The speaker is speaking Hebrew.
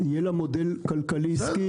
יהיה לה מודל כלכלי עסקי.